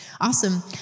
Awesome